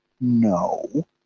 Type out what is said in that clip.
No